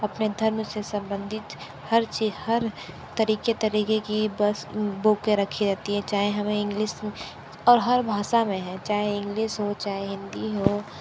अपने धर्म से सम्बन्धित हर चीज़ हर तरीके तरीके की बस बुकें रखी रहती है चाहे हमें इंग्लिश और हर भाषा में है चाहें इंग्लिश हो चाहें हिंदी हो